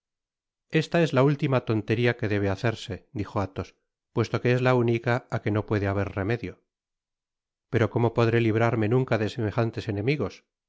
esta es la última tontería que debe hacerse dijo athos puesto que es la única á que no puede haber remedio pero como podré librarme nunca de semejantes enemigos